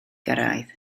gyrraedd